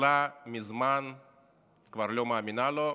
הכלכלה מזמן כבר לא מאמינה לו.